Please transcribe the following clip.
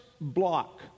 block